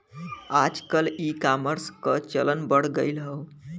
आजकल ईकामर्स क चलन बढ़ गयल हौ